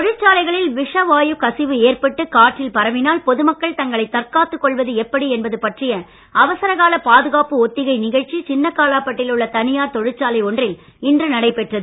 தொழிற்சாலைகளில் விஷவாயுக் கசிவு ஏற்பட்டு காற்றில் பரவினால் பொதுமக்கள் தங்களை தற்காத்துக் கொள்வது எப்படி என்பது பற்றிய அவசர கால பாதுகாப்பு ஒத்திகை நிகழ்ச்சி சின்னக் காலாப்பட்டில் உள்ள தனியார் தொழிற்சாலை ஒன்றில் இன்று நடைபெற்றது